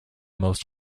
most